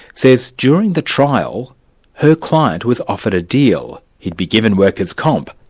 says during the trial her client was offered a deal. he'd be given workers comp,